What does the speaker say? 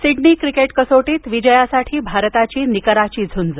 Sydney cricket कसोटीत विजयासाठी भारताची निकराची झूंज